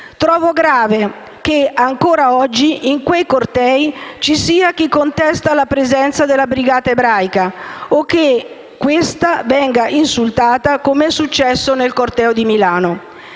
Trovo grave che, ancora oggi, in quei cortei ci sia chi contesta la presenza della brigata ebraica, o che questa venga insultata, come è successo nel corteo di Milano.